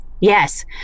Yes